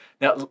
Now